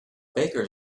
bakers